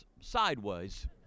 sideways